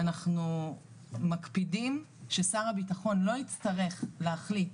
אנחנו מקפידים ששר הביטחון לא יצטרך להחליט,